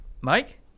Mike